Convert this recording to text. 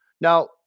Now